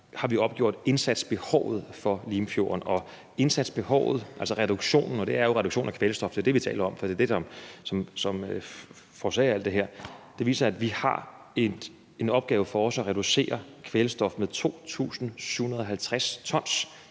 har vi opgjort indsatsbehovet for Limfjorden – og det er altså reduktionen af kvælstof, vi taler om, for det er det, som forårsager alt det her – og den viser, at vi har en opgave foran os med at reducere kvælstoffet med 2.750 t